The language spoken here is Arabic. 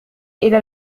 إلى